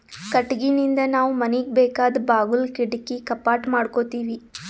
ಕಟ್ಟಿಗಿನಿಂದ್ ನಾವ್ ಮನಿಗ್ ಬೇಕಾದ್ ಬಾಗುಲ್ ಕಿಡಕಿ ಕಪಾಟ್ ಮಾಡಕೋತೀವಿ